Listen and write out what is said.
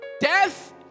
death